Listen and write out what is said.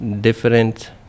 different